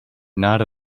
not